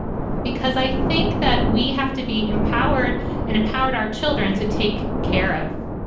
because i think that we have to be empowered and empowered our children to take care of,